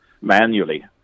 manually